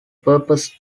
purpose